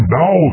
now